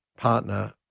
Partner